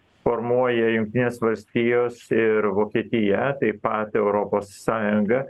formuoja jungtinės valstijos ir vokietija taip pat europos sąjunga